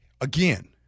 Again